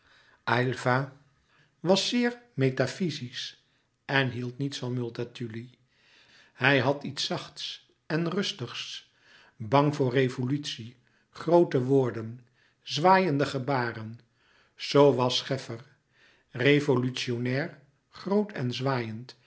was zeer metafyzisch en hield niets van multatuli hij had iets zachts en rustigs bang voor revolutie groote woorden zwaaiende gebaren zoo was scheffer revolutionair groot en zwaaiend